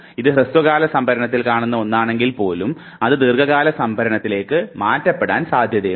ഇത് ഹ്രസ്വകാല സംഭരണത്തിൽ കാണുന്ന ഒന്നാണെങ്കിൽ പോലും അത് ദീർഘകാല സംഭരണത്തിലേക്ക് മാറ്റപ്പെടാൻ സാധ്യതയുണ്ട്